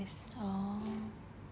oh